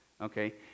okay